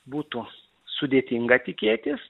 būtų sudėtinga tikėtis